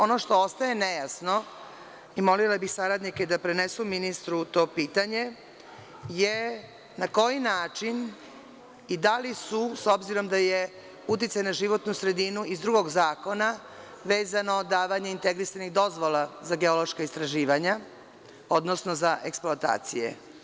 Ono što ostaje nejasno je, molila bih i saradnike da prenesu ministru to pitanje, na koji način i da li su, s obzirom da je uticaj na životnu sredinu iz drugog zakona - vezano davanje integrisanih dozvola za geološka istraživanja, odnosno za eksploatacije.